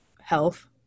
health